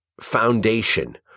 foundation